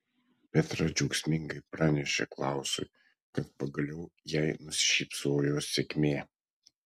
petra džiaugsmingai pranešė klausui kad pagaliau jai nusišypsojo sėkmė